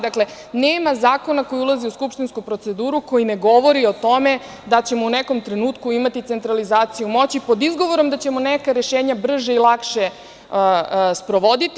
Dakle, nema zakona koji ulazi u skupštinsku proceduru koji ne govori o tome da ćemo u nekom trenutku imati centralizaciju moći pod izgovorom da ćemo neka rešenja brže i lakše sprovoditi.